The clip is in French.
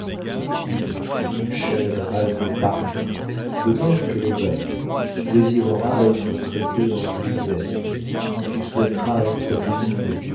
oui chère reine de paris de même que les reines tu désireras être traitée en grisette tu souhaiteras être dominée